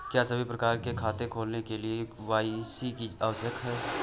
क्या सभी प्रकार के खाते खोलने के लिए के.वाई.सी आवश्यक है?